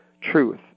truth